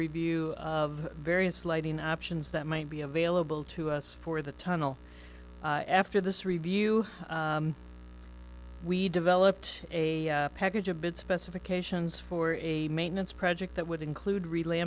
review of various lighting options that might be available to us for the tunnel after this review we developed a package of bid specifications for a maintenance project that would include real